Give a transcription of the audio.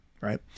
right